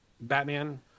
Batman